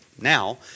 now